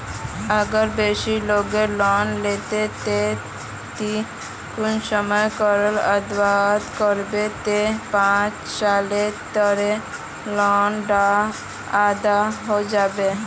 अगर बीस लाखेर लोन लिलो ते ती कुंसम करे अदा करबो ते पाँच सालोत तोर लोन डा अदा है जाबे?